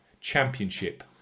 Championship